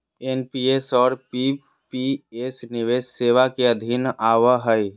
NPS और PPS निवेश सेवा के अधीन आवो हय